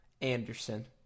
Anderson